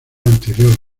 anterior